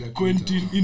Quentin